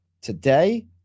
today